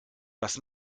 das